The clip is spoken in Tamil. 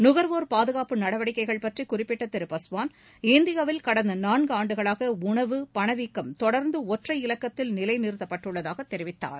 நுகர்வோர் பாதுகாப்பு நடவடிக்கைகள் பற்றி குறிப்பிட்ட திரு பாஸ்வான் இந்தியாவில் கடந்த நான்கு ஆண்டுகளாக உணவு பணவீக்கம் தொடர்ந்து ஒற்றை இலக்கத்தில் நிலைநிறுத்தப்பட்டுள்ளதாக தெரிவித்தார்